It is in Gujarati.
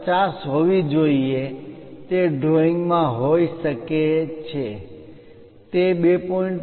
5 હોવી જોઈએ તે ડ્રોઇંગ માં હોઈ શકે છે તે 2